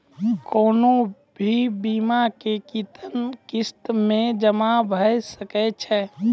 कोनो भी बीमा के कितना किस्त मे जमा भाय सके छै?